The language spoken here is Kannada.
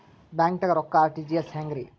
ಬ್ಯಾಂಕ್ದಾಗ ರೊಕ್ಕ ಆರ್.ಟಿ.ಜಿ.ಎಸ್ ಹೆಂಗ್ರಿ?